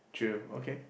true okay